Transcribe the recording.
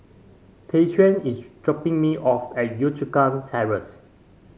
Tyquan is dropping me off at Yio Chu Kang Terrace